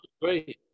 great